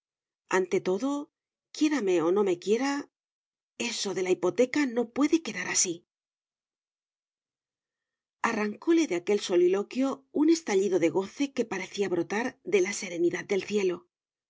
ante todo quiérame o no me quiera eso de la hipoteca no puede quedar así arrancóle del soliloquio un estallido de goce que parecía brotar de la serenidad del cielo